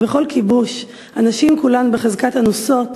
שבכל כיבוש הנשים כולן בחזקת אנוסות